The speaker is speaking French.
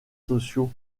sociaux